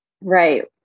Right